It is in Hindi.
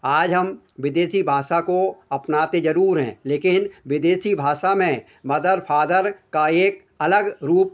आज हम विदेशी भाषा को अपनाते ज़रूर हैं लेकिन विदेशी भाषा में मदर फादर का एक अलग रूप